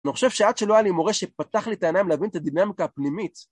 אני חושב שעד שלא היה לי מורה שפתח לי את העיניים להבין את הדילמה הפנימית.